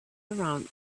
around